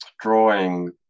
drawing